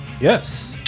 Yes